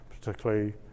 particularly